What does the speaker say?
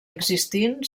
existint